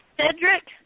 Cedric